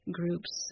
groups